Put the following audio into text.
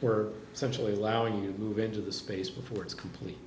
we're socially allowing you move into the space before it's complete